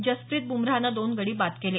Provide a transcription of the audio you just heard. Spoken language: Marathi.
जसप्रित बुमराहनं दोन गडी बाद केले